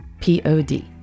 P-O-D